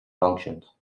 functions